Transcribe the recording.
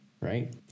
right